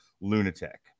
lunatic